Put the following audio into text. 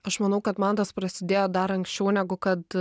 aš manau kad man tas prasidėjo dar anksčiau negu kad